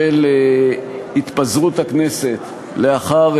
של התפזרות הכנסת לאחר